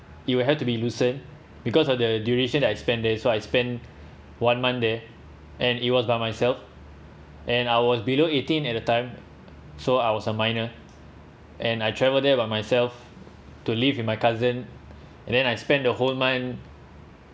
it will have to be luxem because of the duration that I spent there so I spend one month there and it was by myself and I was below eighteen at the time so I was a minor and I travel there by myself to live with my cousin and then I spend the whole month